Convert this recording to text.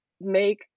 make